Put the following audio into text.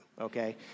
okay